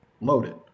loaded